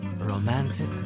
romantic